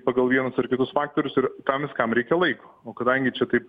pagal vienus ar kitus faktorius ir tam viskam reikia laiko o kadangi čia taip